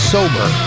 Sober